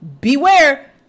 Beware